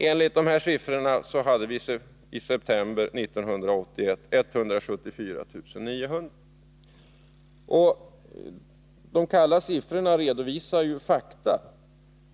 Enligt dessa uppgifter var siffran för september 1981 174 900. De kalla siffrorna redovisar fakta.